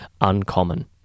uncommon